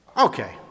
Okay